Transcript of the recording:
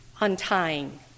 untying